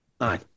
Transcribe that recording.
Aye